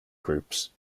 groups